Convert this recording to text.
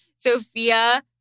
Sophia